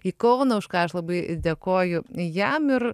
į kauną už ką aš labai dėkoju jam ir